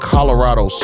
Colorado